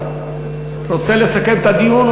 רוצה לסכם את הדיון,